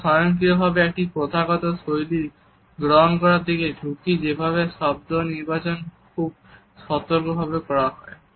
আমরা স্বয়ংক্রিয়ভাবে একটি প্রথাগত শৈলী গ্রহণ করার দিকে ঝুঁকি যেখানে শব্দ নির্বাচন খুব সতর্কভাবে করা হয়